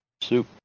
soup